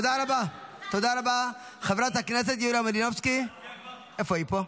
זכור מה אמרתי לך: